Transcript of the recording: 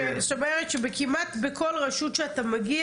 זאת אומרת שכמעט בכל רשות שאתה מגיע